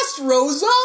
Rosa